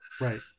right